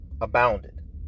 abounded